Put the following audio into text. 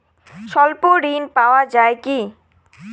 স্বল্প ঋণ পাওয়া য়ায় কি?